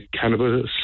cannabis